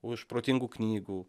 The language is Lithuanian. už protingų knygų